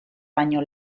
baino